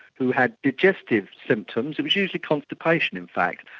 who had digestive symptoms, it was usually constipation in fact,